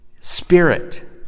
spirit